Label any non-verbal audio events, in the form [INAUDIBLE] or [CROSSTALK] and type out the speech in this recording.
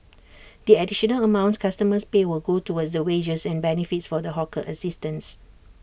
[NOISE] the additional amounts customers pay will go towards the wages and benefits for the hawker assistants